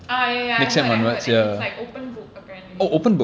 ah ya ya I heard I heard and it's like open book apparently